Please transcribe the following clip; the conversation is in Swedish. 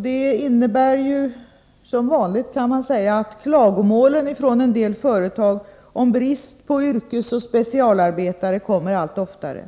Det innebär — som vanligt, kan man säga — att klagomålen från en del företag om brist på yrkesoch specialarbetare kommer allt oftare.